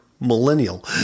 millennial